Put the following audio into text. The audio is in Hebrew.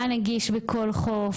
מה נגיש בכל חוף,